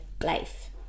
life